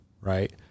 right